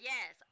Yes